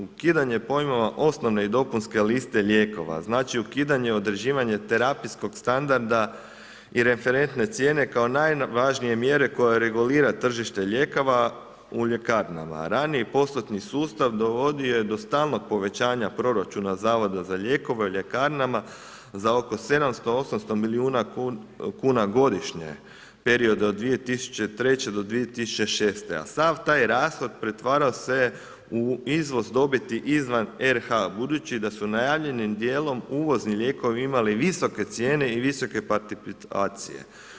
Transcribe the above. Ukidanje pojmova osnovne i dopunske liste lijekova, znači ukidanje određivanja terapijskog standarda i referentne cijene kao najvažnije mjere koja regulira tržište lijekova u ljekarnama, raniji postotni sustav dovodio je do stalno povećanja proračuna Zavoda za lijekova u ljekarnama za oko 700, 800 milijuna kuna godišnje perioda od 2003. do 2006. a sav taj rashod pretvarao se u izvoz dobiti izvan RH budući da su najavljenim djelom uvozni lijekovi imali visoke cijene i visoke participacije.